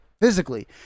physically